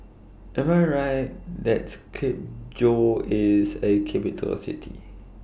Am I Right that Skopje IS A Capital City